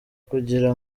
kugira